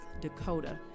Dakota